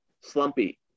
slumpy